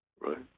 right